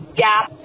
gap